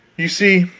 you see,